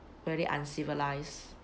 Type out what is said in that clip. very uncivilized